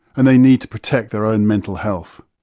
and they need to protect their own mental health.